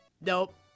nope